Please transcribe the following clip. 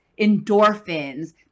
endorphins